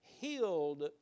healed